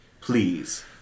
Please